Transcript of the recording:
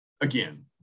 again